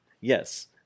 yes